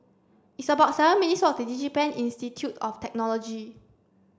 it's about seven minutes' walk to DigiPen Institute of Technology